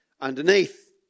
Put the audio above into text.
underneath